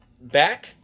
back